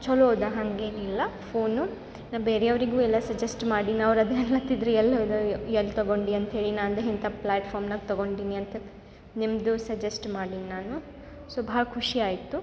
ಚಲೋ ಅದ ಹಂಗೇನಿಲ್ಲ ಫೋನು ನಾ ಬೇರೆ ಅವರಿಗು ಎಲ್ಲ ಸಜೆಸ್ಟ್ ಮಾಡೀನಿ ಅವ್ರು ಅದ ಎಲಹತಿದ್ರಿ ಎಲ್ಲಿ ಅದ ಎಲ್ಲಿ ತೊಗೊಂಡೆ ಅಂತೇಳಿ ನಾ ಅಂದೇ ಇಂತ ಪ್ಲಾಟ್ಫಾರ್ಮ್ನಾಗ ತಗೊಂಡಿನಿ ಅಂತ ನಿಮ್ಮದು ಸಜೆಸ್ಟ್ ಮಾಡೀನಿ ನಾನು ಸೊ ಭಾಳ್ ಖುಷಿ ಆಯಿತು